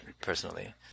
personally